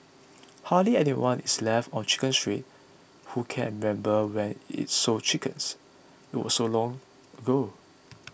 hardly anyone is left on Chicken Street who can remember when it sold chickens it was so long ago